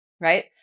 right